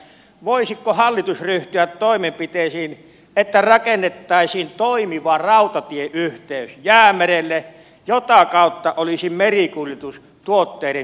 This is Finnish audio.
voisiko hallitus ryhtyä toimenpiteisiin että rakennettaisiin toimiva rautatieyhteys jäämerelle jota kautta olisi merikuljetus tuotteiden tilaajille